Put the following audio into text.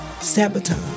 sabotage